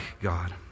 God